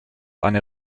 eine